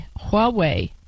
Huawei